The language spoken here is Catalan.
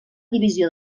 divisió